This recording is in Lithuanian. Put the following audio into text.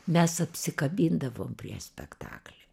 mes apsikabindavom prieš spektaklį